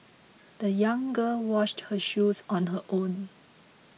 the young girl washed her shoes on her own